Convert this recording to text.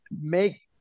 make